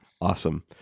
Awesome